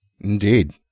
indeed